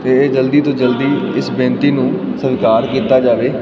ਅਤੇ ਇਹ ਜਲਦੀ ਤੋਂ ਜਲਦੀ ਇਸ ਬੇਨਤੀ ਨੂੰ ਸਵੀਕਾਰ ਕੀਤਾ ਜਾਵੇ